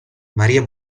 maria